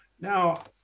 Now